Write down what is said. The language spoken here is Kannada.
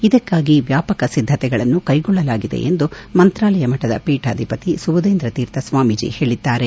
ಇದಕ್ಕಾಗಿ ವ್ಯಾಪಕ ಸಿದ್ದತೆಗಳನ್ನು ಕೈಗೊಳ್ಳಲಾಗಿದೆ ಎಂದು ಮಂತಾಲಯ ಮಠದ ಪೀಠಾಧಿಪತಿ ಸುಬುಧೆಂದ್ರ ತೀರ್ಥ ಸ್ವಾಮೀಜಿ ಹೇಳಿದ್ದಾರೆ